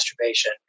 masturbation